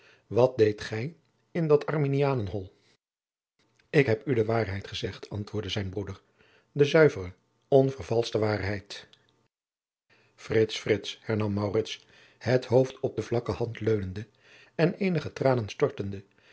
wat deedt gij in dat arminianenhol ik heb u de waarheid gezegd antwoordde zijn broeder de zuivere onvervalschte waarheid frits frits hernam maurits het hoofd op de vlakke hand leunende en eenige tranen stortende